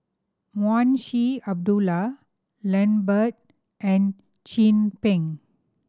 Munshi Abdullah Lambert and Chin Peng